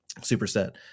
superset